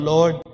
Lord